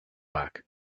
back